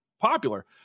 popular